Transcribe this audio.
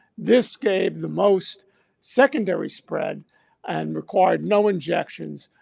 this gave the most secondary spread and required no injections.